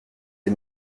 les